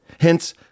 Hence